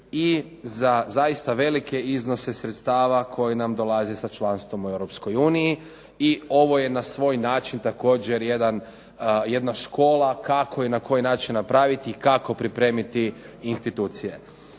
i za zaista velike iznose sredstava koji nam dolaze sa članstvom u Europskoj uniji i ovo je na svoj način također jedan, jedna škola kako i na koji način napraviti i kako pripremiti institucije.